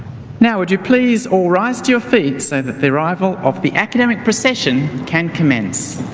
now, would you please all rise to your feet so that the arrival of the academic procession can commence.